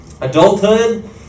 adulthood